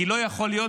כי לא יכול להיות,